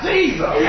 Jesus